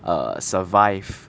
err survive